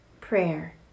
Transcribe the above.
Prayer